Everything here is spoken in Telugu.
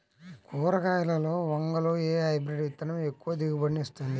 కూరగాయలలో వంగలో ఏ హైబ్రిడ్ విత్తనం ఎక్కువ దిగుబడిని ఇస్తుంది?